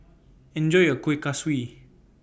Enjoy your Kuih Kaswi